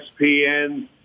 ESPN